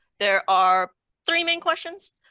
there are three main questions.